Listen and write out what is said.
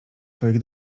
swoich